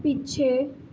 ਪਿੱਛੇ